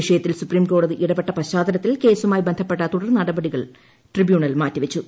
വിഷയത്തിൽ സുപ്രീംകോടതി ഇടപെട്ട പശ്ചാത്തലത്തിൽ കേസുമായി ബന്ധപ്പെട്ട തുടർ നടപടികൾ ട്രിബ്യൂണൽ മാറ്റിച്ചു